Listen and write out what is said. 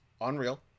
unreal